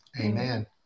Amen